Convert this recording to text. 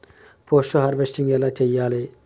Post harvesting ఎలా చెయ్యాలే?